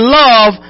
love